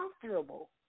comfortable